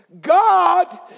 God